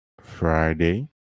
Friday